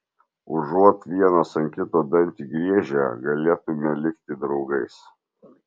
užuot vienas ant kito dantį griežę galėtumėme likti draugais